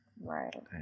Right